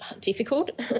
difficult